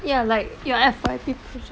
ya like your F_Y_P proj~